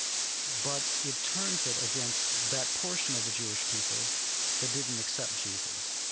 but it turns it against that portion of the jewish people that didn't accept jesus.